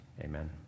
amen